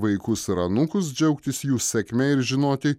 vaikus ir anūkus džiaugtis jų sėkme ir žinoti